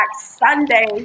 Sunday